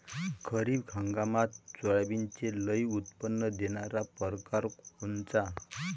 खरीप हंगामात सोयाबीनचे लई उत्पन्न देणारा परकार कोनचा?